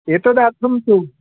एतदार्टं तु